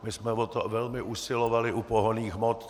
My jsme o to velmi usilovali u pohonných hmot.